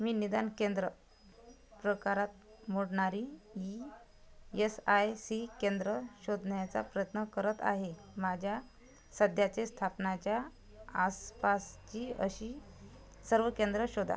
मी निदान केंद्र प्रकारात मोडणारी ई यस आय सी केंद्र शोधण्याचा प्रयत्न करत आहे माझ्या सध्याचे स्थापनाच्या आसपासची अशी सर्व केंद्र शोधा